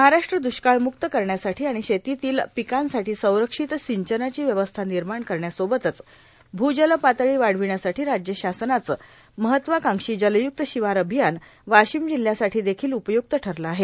महाराष्ट्र द्वष्काळमुक्त करण्यासाठो आर्गाण शेतीतील र्यपकांसाठो संरक्षित र्यासंचनाची व्यवस्था निमाण करण्यासोबतच भूजल पातळी वार्ढावण्यासाठी राज्य शासनाचं महत्वकांक्षी जलय्क्त र्शिवार र्आभयान वर्वाशम जिल्हयासाठो देखील उपयुक्त ठरलं आहे